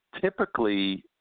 typically